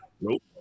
nope